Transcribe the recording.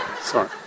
Sorry